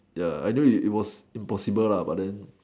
ya I knew it it was impossible lah but then